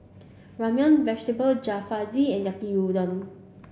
Ramyeon vegetable Jalfrezi and Yaki Udon